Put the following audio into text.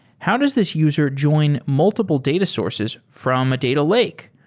how does this user join multiple data sources from a data lake?